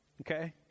Okay